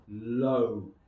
low